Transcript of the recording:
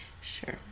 Sure